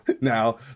now